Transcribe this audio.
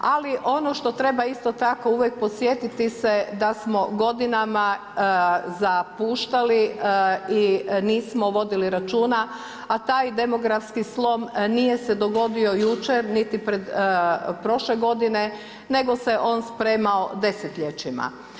Ali ono što treba isto tako uvijek podsjetiti se da smo godinama zapuštali i nismo vodili računa, a taj demografski slom nije se dogodio jučer niti prošle godine nego se on spremao desetljećima.